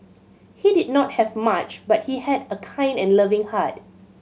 he did not have much but he had a kind and loving heart